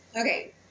Okay